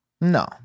No